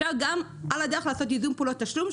על הדרך אפשר לעשות ייזום פעולות תשלום,